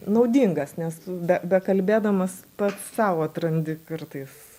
naudingas nes be bekalbėdamas pats sau atrandi kartais